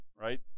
right